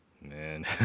man